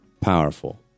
powerful